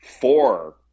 Four